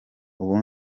ubu